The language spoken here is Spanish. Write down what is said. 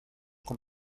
con